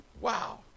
wow